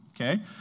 okay